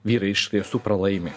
vyrai iš tiesų pralaimi